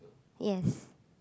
yes